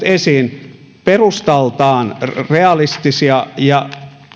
esiin perustaltaan realistisia ja